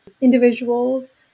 individuals